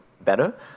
better